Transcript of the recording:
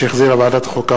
שהחזירה ועדת החוקה,